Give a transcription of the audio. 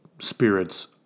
spirits